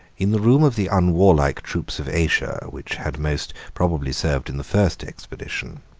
in the room of the unwarlike troops of asia, which had most probably served in the first expedition,